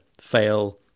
fail